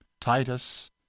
Titus